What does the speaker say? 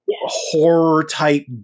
horror-type